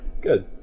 Good